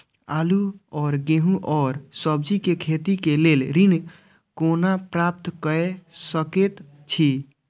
आलू और गेहूं और सब्जी के खेती के लेल ऋण कोना प्राप्त कय सकेत छी?